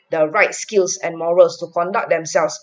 the right skills and morals to conduct themselves